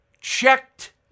checked